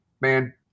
man